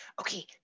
Okay